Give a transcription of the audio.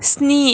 स्नि